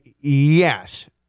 yes